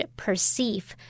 perceive